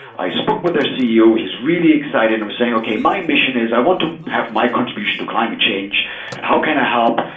i spoke with their ceo. he's really excited and was saying, okay. my mission is i want to have my contribution to climate change and how can i help?